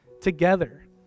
together